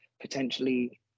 potentially